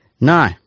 No